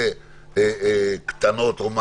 מה קרה?